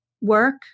work